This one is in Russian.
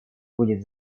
будет